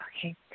Okay